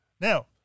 Now